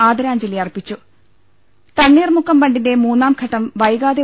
ആദരാഞ്ജലിയർപ്പിച്ചു തണ്ണീർമുക്കം ബണ്ടിന്റെ മൂന്നാംഘട്ടം വൈകാതെ